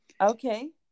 Okay